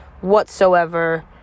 whatsoever